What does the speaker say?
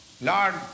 Lord